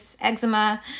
eczema